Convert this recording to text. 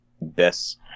best